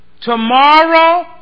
Tomorrow